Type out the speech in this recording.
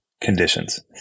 conditions